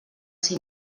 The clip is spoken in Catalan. ser